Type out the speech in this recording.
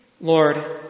Lord